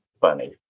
funny